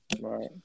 Right